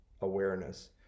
awareness